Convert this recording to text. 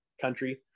country